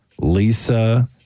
Lisa